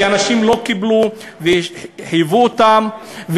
כי אנשים לא קיבלו וחייבו אותם,